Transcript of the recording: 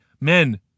men